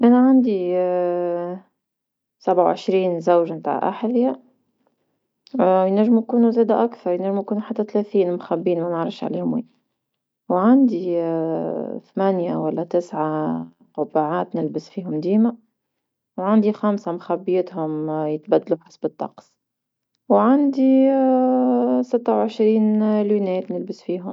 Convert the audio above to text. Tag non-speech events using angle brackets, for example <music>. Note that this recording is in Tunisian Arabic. انا عندي <hesitation> سبعة وعشرين زوجة متاع أحذية، <hesitation> ينجمو يكونو زادة أكثر ينجمو يكونو حتى ثلاثين مخبين ما نعرفش عليهم وين، وعندي <hesitation> ثمانية ولا تسعة <hesitation> قبعات نلبس فيهم ديما، وعندي خمسة مخبيتهم يتبادلوا حسب الطقس، وعندي <hesitation> ستة وعشرين نظرات نلبس فيهم.